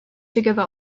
together